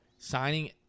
Signing